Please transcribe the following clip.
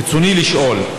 רצוני לשאול: